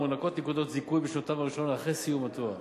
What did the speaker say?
מוענקות נקודות זיכוי בשנותיו הראשונות אחרי סיום התואר.